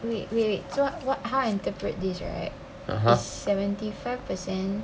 wait wait wait so what how I interpret this is seventy five percent